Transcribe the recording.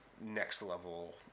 next-level